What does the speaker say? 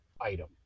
item